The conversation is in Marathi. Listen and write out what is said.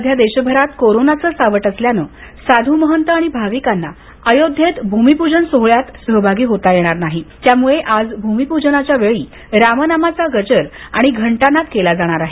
सध्या देशभरात कोरोना सावट असल्याने साधू महंत आणि भाविकांना अयोध्येत भूमिपूजन सोहळ्यात सहभागी होता येणार नाही त्यामुळे आज भूमिपूजनाच्यावेळी रामनामाचा गजर करत घंटानाद केला जाणार आहे